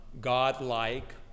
God-like